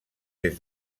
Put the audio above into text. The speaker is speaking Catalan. des